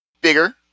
bigger